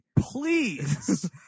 Please